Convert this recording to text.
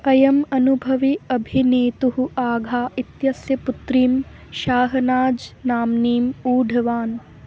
अयम् अनुभवी अभिनेतुः आघा इत्यस्य पुत्रीं शाहनाज् नाम्नीम् ऊढवान्